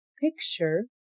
picture